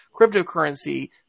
cryptocurrency